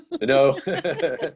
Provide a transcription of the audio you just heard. no